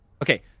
Okay